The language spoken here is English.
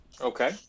Okay